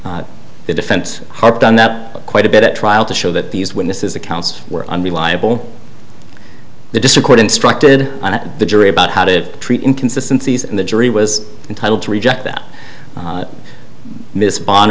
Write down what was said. the defense harped on that quite a bit at trial to show that these witnesses accounts were unreliable the discord instructed the jury about how to treat inconsistency in the jury was entitled to reject that miss b